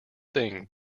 thing